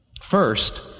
First